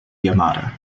yamada